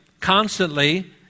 Constantly